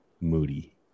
Moody